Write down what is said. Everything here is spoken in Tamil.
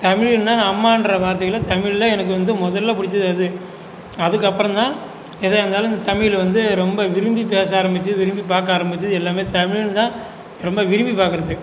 தமிழ்னால் நான் அம்மான்ற வார்த்தையில் தமிழில் எனக்கு வந்து முதல்ல பிடிச்சது அது அதுக்கப்புறம்தான் எதாயிருந்தாலும் தமிழ் வந்து ரொம்ப விரும்பி பேச ஆரம்பிச்சது விரும்பி பார்க்க ஆரம்பிச்சது எல்லாமே தமிழ்தான் ரொம்ப விரும்பி பார்க்குறது